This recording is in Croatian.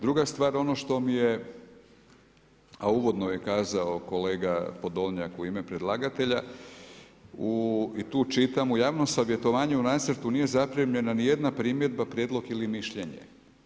Druga stvar, ono što mi je, a uvodno je kazao kolega Podolnjak u ime predlagatelja i tu čitam, u javnom savjetovanju u nacrtu nije zaprimljena ni jedna primjedba, prijedlog ili mišljenje.